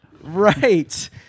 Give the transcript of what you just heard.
right